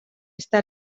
està